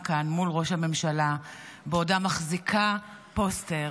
כאן מול ראש הממשלה בעודה מחזיקה פוסטר